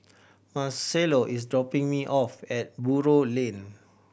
marcelo is dropping me off at Buroh Lane